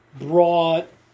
brought